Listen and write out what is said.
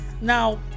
Now